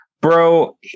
bro